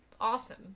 awesome